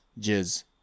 Jizz